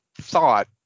thought